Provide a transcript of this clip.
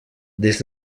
des